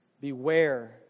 Beware